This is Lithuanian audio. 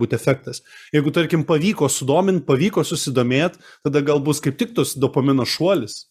būt efektas jeigu tarkim pavyko sudomint pavyko susidomėt tada gal bus kaip tik tas dopamino šuolis